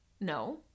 No